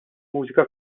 mużika